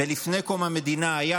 ולפני קום המדינה היה,